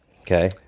Okay